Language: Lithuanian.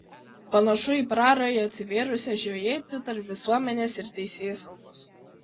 panašu į prarają atsivėrusią žiojėti tarp visuomenės ir teisėsaugos